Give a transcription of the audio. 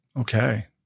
Okay